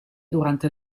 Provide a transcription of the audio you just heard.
durante